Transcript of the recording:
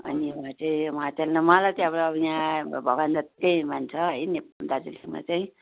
अनि उहाँ चाहिँ उहाँ चाहिँ अनि उहाँलाई चाहिँ यहाँ भगवान् जत्तिकै मान्छ है नेप् दार्जिलिङमा चाहिँ